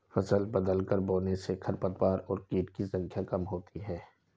फसल बदलकर बोने से खरपतवार और कीट की संख्या कम होती है